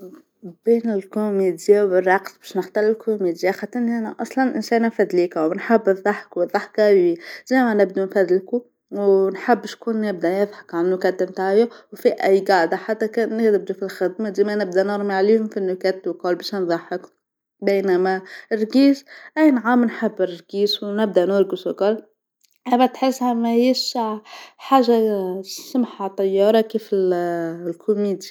بين الكوميديا والرقص باش نختار الكوميديا، خاطر أنا أصلا إنسانه فدليكه ونحب الضحك والضحكة زي ما نبدو نفدلكو، ونحب شكون يبدا يضحك عالنكت متاعي وفي أي قعده حتى وكان نبدو في الخدمه، ديما نبدا نرمي عليهم في النكت والكل باش نضحكهم، بينما الرقيص اي نعم نحب الرقيص ونبدا نرقص والكل، أما تحسها ماهيش حاجه سمحه طياره كيف ال- الكوميديا.